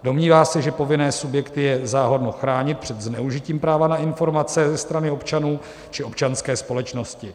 Domnívá se, že povinné subjekty je záhodno chránit před zneužitím práva na informace ze strany občanů či občanské společnosti.